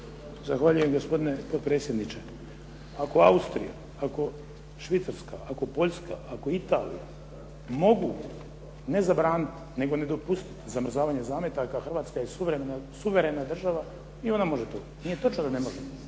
Zahvaljujem gospodine potpredsjedniče. Pitam … /Govornik se ne razumije./… ako Švicarska, ako Poljska, ako Italija mogu, ne zabraniti nego ne dopustiti zamrzavanje zametaka, Hrvatska je suverena država i ona može to. Nije točno da ne može.